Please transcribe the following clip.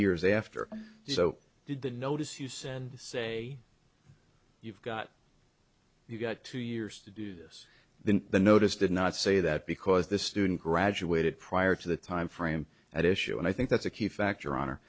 years after so did the notice use and say you've got you've got two years to do this then the notice did not say that because the student graduated prior to the time frame at issue and i think that's a key fact your hon